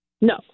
No